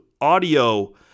audio